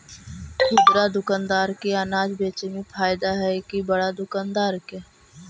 खुदरा दुकानदार के अनाज बेचे में फायदा हैं कि बड़ा दुकानदार के?